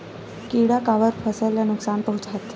किड़ा काबर फसल ल नुकसान पहुचाथे?